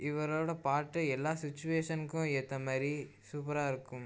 இவரோடய பாட்டு எல்லா சுட்சிவேஷனுக்கும் ஏற்ற மாதிரி சூப்பராக இருக்கும்